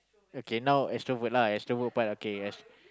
okay now extrovert lah extrovert part okay yes